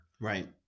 right